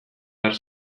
behar